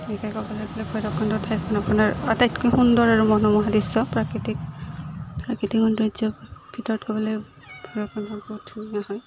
এনেকৈ ক'বলৈ গ'লে ভৈৰৱকুণ্ড ঠাইখন আপোনাৰ আটাইতকৈ সুন্দৰ আৰু মনোমোহা দৃশ্য প্ৰাকৃতিক প্ৰাকৃতিক সৌন্দৰ্যৰ ভিতৰত ক'বলৈ ভৈৰৱকুণ্ড বহুত ধুনীয়া হয়